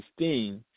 16